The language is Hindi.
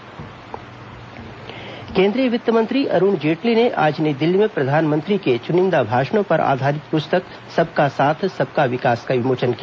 प्रधानमंत्री पुस्तक विमोचन केन्द्रीय वित्तमंत्री अरूण जेटली ने आज नई दिल्ली में प्रधानमंत्री के चुनिंदा भाषणों पर आधारित पुस्तक सबका साथ सबका विकास का विमोचन किया